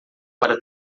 para